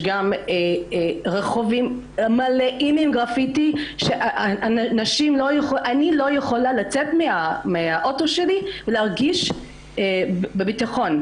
יש רחובות שמלאות בגרפיטי שאני לא יכולה לצאת מהאוטו שלי בביטחון.